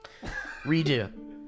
Redo